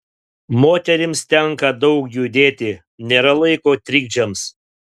moterims tenka daug judėti nėra laiko trikdžiams